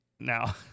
Now